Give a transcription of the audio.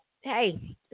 Hey